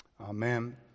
Amen